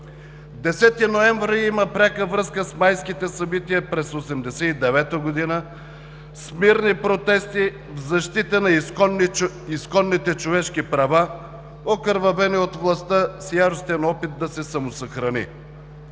ноември има пряка връзка с майските събития през 1989 г., с мирни протести в защита на изконните човешки права, окървавени от властта, с яростен опит да се самосъхрани.